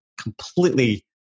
completely